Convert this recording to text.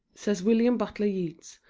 says william butler yeats,